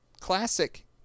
classic